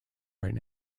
right